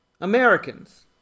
Americans